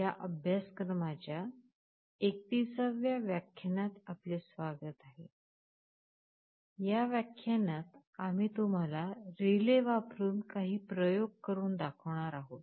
या व्याख्यानात आम्ही तुम्हाला रिले वापरुन काही प्रयोग दाखवणार आहोत